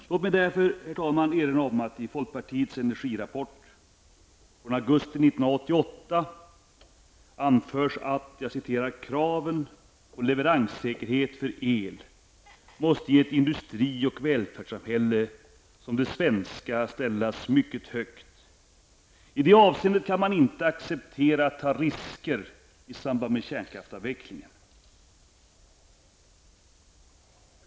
Låt mig därför, herr talman, för det första erinra om att det i folkpartiets energirapport från augusti 1988 anförs: ''Kraven på leveranssäkerhet för el måste i ett industri och välfärdssamhälle som det svenska ställas mycket högt. I det avseendet kan man inte acceptera att ta risker i samband med kärnkraftsavvecklingen.''